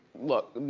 look.